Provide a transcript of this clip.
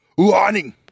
Warning